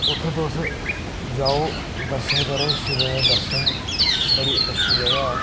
उत्थै तुस जाओ दर्शन करो